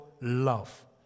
love